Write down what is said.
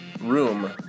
room